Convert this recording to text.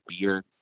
beer